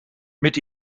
mit